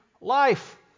life